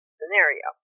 scenario